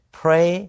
pray